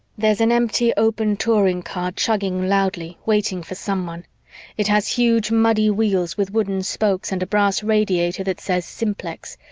there's an empty open touring car chugging loudly, waiting for someone it has huge muddy wheels with wooden spokes and a brass radiator that says simplex.